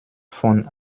von